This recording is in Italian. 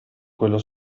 quello